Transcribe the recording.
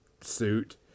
suit